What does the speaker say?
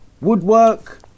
woodwork